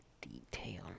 detail